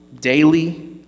daily